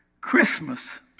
Christmas